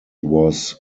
was